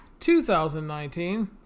2019